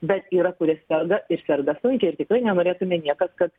bet yra kurie serga ir serga sunkiai ir tikrai nenorėtume niekas kad